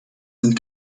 sind